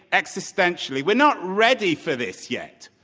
existentially. we're not ready for this yet.